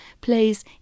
plays